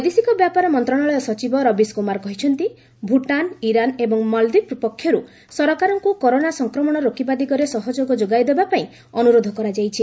ବୈଦେଶିକ ବ୍ୟାପାର ମନ୍ତ୍ରଣାଳୟ ସଚିବ ରବୀଶ କୁମାର କହିଛନ୍ତି ଭୁଟାନ୍ ଇରାନ୍ ଏବଂ ମଳାଦୀପ ପକ୍ଷରୁ ସରକାରଙ୍କୁ କରୋନା ସଂକ୍ରମଣ ରୋକିବା ଦିଗରେ ସହଯୋଗ ଯୋଗାଇ ଦେବାପାଇଁ ଅନୁରୋଧ କରାଯାଇଛି